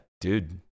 dude